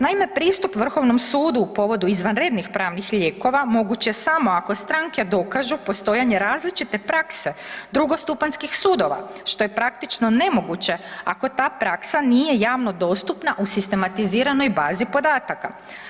Naime, pristup Vrhovnom sudu povodom izvanrednih pravnih lijekova moguće samo ako stranke dokažu postojanje različite prakse drugostupanjskih sudova što je praktično nemoguće ako ta praksa nije javno dostupna u sistematiziranoj bazi podataka.